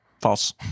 False